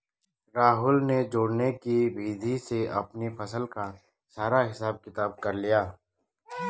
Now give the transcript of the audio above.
राहुल ने जोड़ने की विधि से अपनी फसल का सारा हिसाब किताब कर लिया